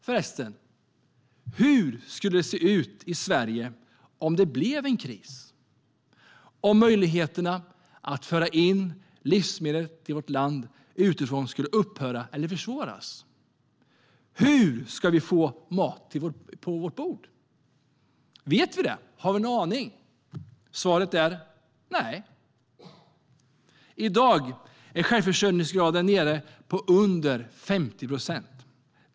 Hur skulle det förresten se ut i Sverige om det blev en kris, om möjligheterna att föra in livsmedel till vårt land utifrån skulle upphöra eller försvåras? Hur ska vi få mat på vårt bord? Vet vi det? Har vi någon aning? Svaret är: nej. I dag är självförsörjningsgraden nere på under 50 procent.